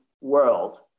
world